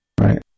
Right